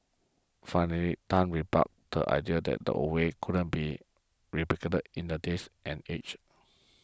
finally Tan rebutted the idea that the old ways couldn't be replicated in the days and age